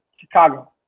Chicago